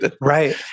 Right